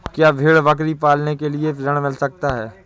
क्या भेड़ बकरी पालने के लिए ऋण मिल सकता है?